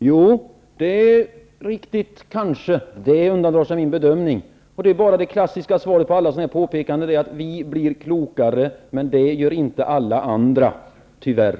Herr talman! Det kanske är riktigt. Det undandrar sig min bedömning. Det klassiska svaret på alla sådana påpekanden är att vi blir klokare, men det blir inte alla andra -- tyvärr.